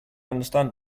understand